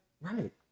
Right